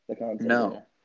No